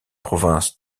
province